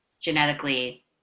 genetically